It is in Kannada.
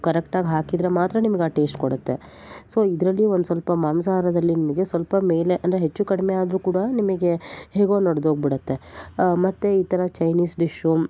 ಕರೆಕ್ಟಾಗಿ ಹಾಕಿದ್ರೆ ಮಾತ್ರ ನಿಮ್ಗೆ ಆ ಟೇಸ್ಟ್ ಕೊಡುತ್ತೆ ಸೊ ಇದ್ರಲ್ಲಿಯೂ ಒಂದು ಸ್ವಲ್ಪ ಮಾಂಸಹಾರದಲ್ಲಿ ನನಗೆ ಸ್ವಲ್ಪ ಮೇಲೆ ಅಂದರೆ ಹೆಚ್ಚು ಕಡಿಮೆ ಆದರೂ ಕೂಡ ನಿಮಗೆ ಹೇಗೋ ನಡ್ದು ಹೋಗ್ಬಿಡತ್ತೆ ಮತ್ತು ಈ ಥರ ಚೈನೀಸ್ ಡಿಶ್ಶು